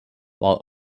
while